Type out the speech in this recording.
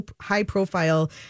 high-profile